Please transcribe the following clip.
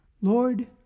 Lord